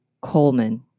Coleman